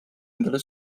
endale